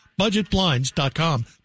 budgetblinds.com